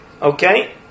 okay